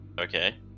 Okay